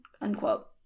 unquote